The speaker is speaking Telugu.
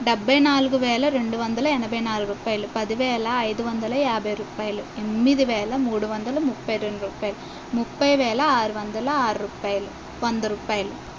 డెబ్భై నాలుగు వేల రెండు వందల ఎనభై నాలుగు రూపాయలు పది వేల ఐదు వందల యాభై రూపాయలు ఎనిమిది వేల మూడు వందల ముప్పై రెండు రూపాయలు ముప్పై వేల ఆరు వందల అరవై రూపాయలు వంద రూపాయలు